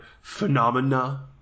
phenomena